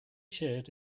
shared